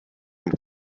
and